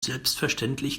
selbstverständlich